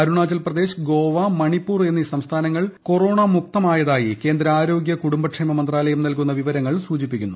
അരുണാചൽപ്രദേശ് ഗോവ മണിപ്പൂർ എന്നീ സംസ്ഥാനങ്ങൾ കൊറോണ മുക്തമായതായി കേന്ദ്ര ആരോഗൃ കുടുംബക്ഷേമ മന്ത്രാലയം നല്കുന്ന വിവരങ്ങൾ സൂചിപ്പിക്കുന്നു